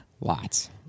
lots